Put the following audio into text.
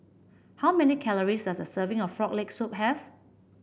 how many calories does a serving of Frog Leg Soup have